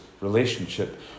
relationship